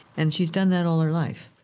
and she's done that all her life.